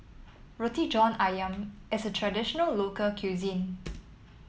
Roti John ayam is traditional local cuisine